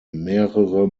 mehrere